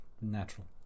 natural